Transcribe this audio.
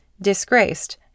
disgraced